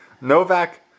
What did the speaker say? Novak